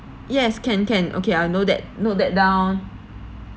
yes can can okay I'll note that note that down